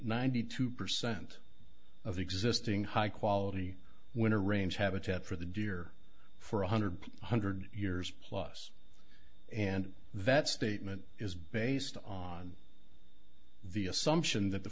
ninety two percent of the existing high quality winter range habitat for the deer for one hundred one hundred years plus and that statement is based on the assumption that the